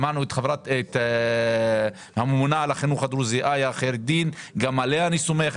שמענו את הממונה על החינוך הדרוזי איה חיראדין שגם עליה אני סומך.